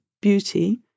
beauty